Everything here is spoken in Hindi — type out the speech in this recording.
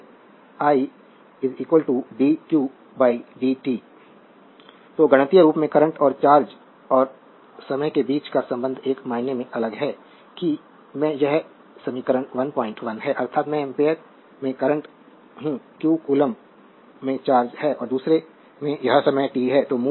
संदर्भ समय देखें 1936 तो गणितीय रूप से करंट और चार्ज और समय के बीच का संबंध इस मायने में अलग है कि मैं यह एक समीकरण 11 है अर्थात मैं एम्पीयर में करंट हूं q कोलोम्बस में चार्ज है और दूसरे में समय t है